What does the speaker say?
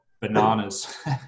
bananas